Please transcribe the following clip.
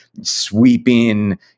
Sweeping